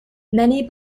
many